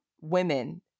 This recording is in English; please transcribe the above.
women